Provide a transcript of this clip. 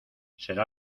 será